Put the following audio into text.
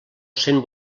cent